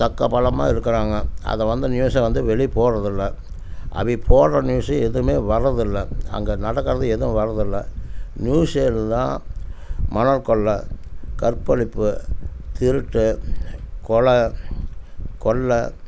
பக்கபலமா இருக்கிறாங்க அதை வந்து நியூஸை வந்து வெளியே போடுறதில்ல அப்படி போடுற நியூஸு எதுவுமே வர்றதில்லை அங்கே நடக்கிறது எதுவும் வர்றதில்லை நியூஸ் சேனல் தான் மணல் கொள்ளை கற்பழிப்பு திருட்டு கொலை கொள்ளை